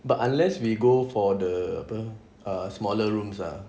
but unless we go for the apa ah smaller rooms ah